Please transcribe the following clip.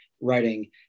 writing